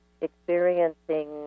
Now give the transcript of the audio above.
experiencing